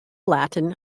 latin